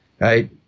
Right